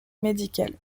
médical